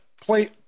play